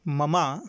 मम